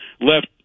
left